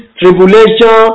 tribulation